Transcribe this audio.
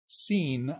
seen